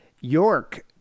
York